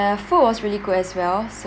the food was really good as well